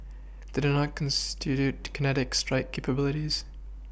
they do not constitute kinetic strike capabilities